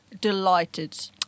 Delighted